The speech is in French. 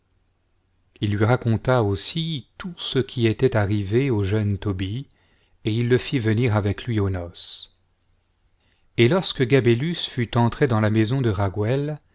il lui raconta aussi tout ce qui était arrivé au jeune tobie et il le fit venir avec lui aux noces et lorsque gabélus fut entré dans la maison de raguël